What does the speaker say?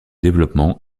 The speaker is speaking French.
développement